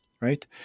right